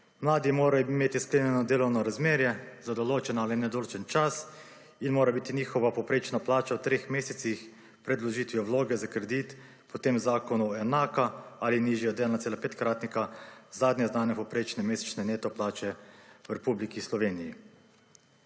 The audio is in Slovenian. Mladi morajo imeti sklenjeno delovno razmerje za določen ali nedoločen čas, in mora biti njihova povprečna plača v treh mesecih pred vložitvijo vloge za kredit po tem zakonu enaka ali nižja od 1,5 kratnika zadnje znane povprečne mesečne neto plače v Republiki Sloveniji.